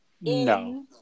No